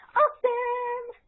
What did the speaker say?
awesome